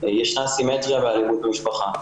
ישנה סימטריה באלימות במשפחה.